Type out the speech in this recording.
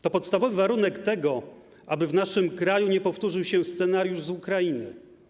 To podstawowy warunek, aby w naszym kraju nie powtórzył się scenariusz z Ukrainy.